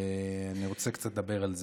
ואני רוצה קצת לדבר על זה.